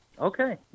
Okay